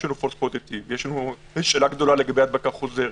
יש לנו השאלות לגבי הדבקה חוזרת,